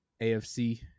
AFC